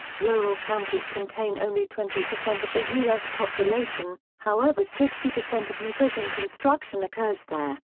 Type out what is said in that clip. rural counties contain only twenty percent of the u s. population, however sixty percent of new prison construction occurs there.